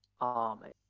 army